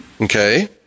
Okay